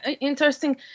interesting